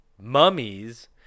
mummies